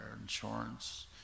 insurance